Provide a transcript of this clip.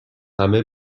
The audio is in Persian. همه